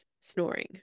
snoring